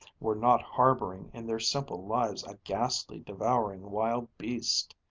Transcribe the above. were not harboring in their simple lives a ghastly devouring wild-beast.